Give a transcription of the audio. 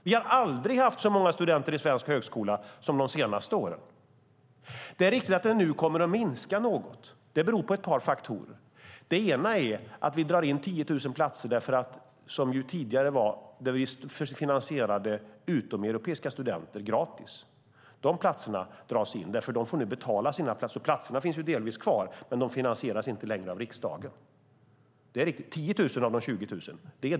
Vi har aldrig haft så många studenter i svensk högskola som under de senaste åren. Det är riktigt att antalet nu kommer att minska något. Det beror på ett par faktorer. Den ena är att vi drar in 10 000 platser för utomeuropeiska studenter som vi tidigare finansierade. Det var gratis för dem. Dessa platser dras in, och de får nu betala. Platserna finns delvis kvar, men de finansieras inte längre av riksdagen. Det är alltså 10 000 av de 20 000.